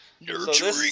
Nurturing